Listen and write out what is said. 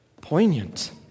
poignant